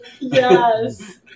Yes